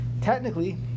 Technically